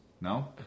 No